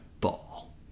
ball